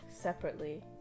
separately